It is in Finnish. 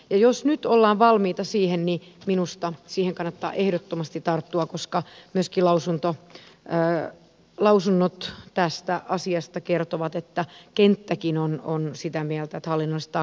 jos nyt ollaan valmiita siihen niin minusta siihen kannattaa ehdottomasti tarttua koska myöskin lausunnot tästä asiasta kertovat että kenttäkin on sitä mieltä että hallinnollista taakkaa pitäisi vähentää